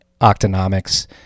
Octonomics